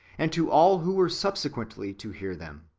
and to all who were subsequently to hear them.